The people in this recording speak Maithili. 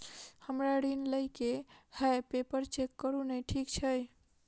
हमरा ऋण लई केँ हय पेपर चेक करू नै ठीक छई?